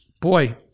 boy